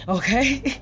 Okay